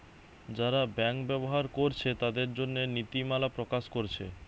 যারা ব্যাংক ব্যবহার কোরছে তাদের জন্যে নীতিমালা প্রকাশ কোরছে